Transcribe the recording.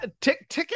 ticket